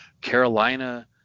Carolina